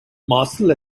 marcel